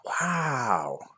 Wow